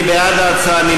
מי בעד ההצעה?